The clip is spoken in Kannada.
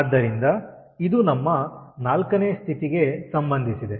ಆದ್ದರಿಂದ ಇದು ನಮ್ಮ 4ನೇ ಸ್ಥಿತಿಗೆ ಸಂಬಂಧಿಸಿದೆ